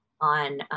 on